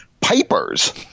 pipers